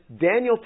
Daniel